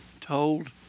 told